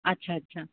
अच्छा अच्छा